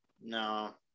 No